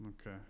Okay